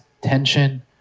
tension